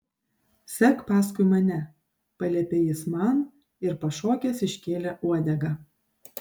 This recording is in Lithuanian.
sek paskui mane paliepė jis man ir pašokęs iškėlė uodegą